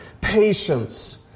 patience